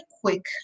quick